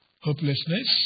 hopelessness